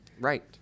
right